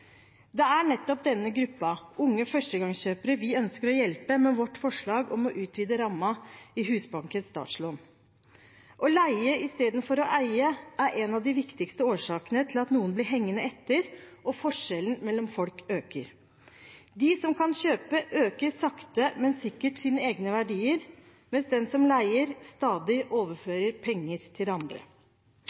Det er nettopp denne gruppen, unge førstegangskjøpere, vi ønsker å hjelpe med vårt forslag om å utvide rammen i Husbankens startlån. Å leie i stedet for å eie er en av de viktigste årsakene til at noen blir hengende etter, og at forskjellene mellom folk øker. De som kan kjøpe, øker sakte, men sikkert sine egne verdier, mens den som leier, stadig overfører penger til andre.